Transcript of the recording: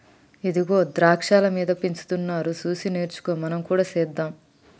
ఇగో ద్రాక్షాలు మీద పెంచుతున్నారు సూసి నేర్చుకో మనం కూడా సెద్దాం